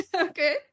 Okay